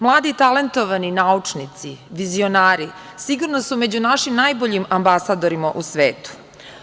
Mladi talentovani naučnici, vizionari sigurno su među našim najboljim ambasadorima u svetu.